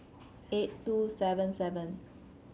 eight two seven seven